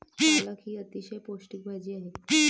पालक ही अतिशय पौष्टिक भाजी आहे